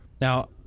Now